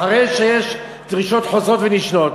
אחרי שיש דרישות חוזרות ונשנות,